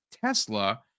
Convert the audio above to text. Tesla